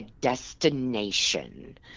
destination